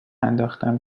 انداختم